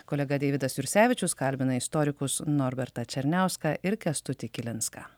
kolega deividas jursevičius kalbina istorikus norbertą černiauską ir kęstutį kilinską